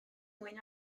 mwyn